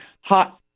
hot